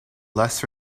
less